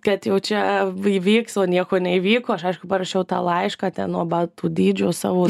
kad jau čia įvyks o nieko neįvyko aš aišku parašiau tą laišką ten nuo batų dydžio savo